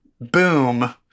Boom